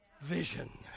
vision